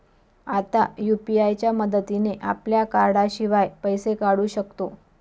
आता यु.पी.आय च्या मदतीने आपल्या कार्डाशिवाय पैसे काढू शकतो